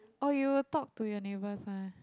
or you will talk to your neighbors one